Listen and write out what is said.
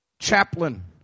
chaplain